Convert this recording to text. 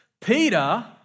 Peter